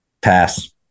Pass